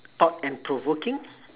thought and provoking